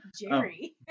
Jerry